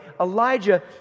Elijah